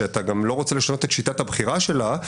שאתה גם לא רוצה לשנות את שיטת הבחירה שלה,